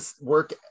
work